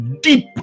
deep